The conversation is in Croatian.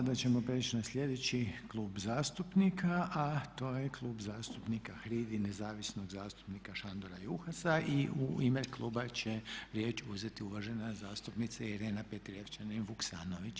Sada ćemo prijeći na sljedeći klub zastupnika, a to je Klub zastupnika HRID i nezavisnog zastupnika Šandora Juhasa i u ime kluba će riječ uzeti uvažena zastupnica Irena Petrijevčanin Vuksanović.